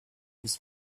was